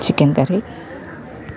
chicken curry